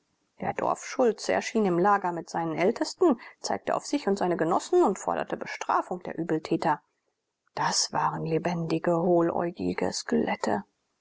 der dorfschulze erschien im lager mit seinen ältesten zeigte auf sich und seine genossen und forderte bestrafung der übeltäter das waren lebendige